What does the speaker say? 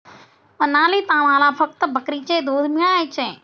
मनालीत आम्हाला फक्त बकरीचे दूध मिळायचे